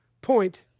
point